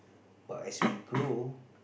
but as we grow